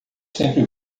sempre